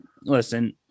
listen